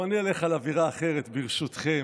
אני אלך על אווירה אחרת, ברשותכם.